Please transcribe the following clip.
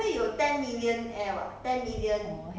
orh millionaire 就 retire ah 你觉得 millionaire 够